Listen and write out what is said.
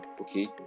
okay